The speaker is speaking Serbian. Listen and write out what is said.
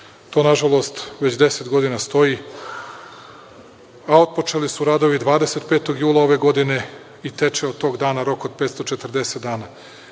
To, na žalost, već deset godina stoji, a otpočeli su radovi 25. jula ove godine i teče od tog dana rok od 540 dana.